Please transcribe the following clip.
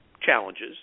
challenges